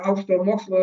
aukštojo mokslo